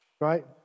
right